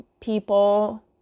people